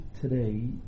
today